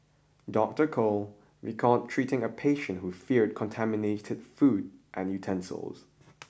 Doctor Koh recalled treating a patient who feared contaminated food and utensils